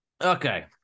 Okay